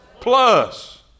Plus